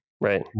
Right